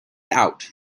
out